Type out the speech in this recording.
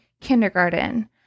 kindergarten